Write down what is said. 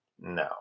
No